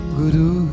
guru